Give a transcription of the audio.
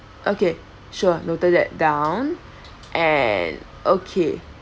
okay sure noted that down and okay